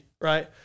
right